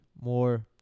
more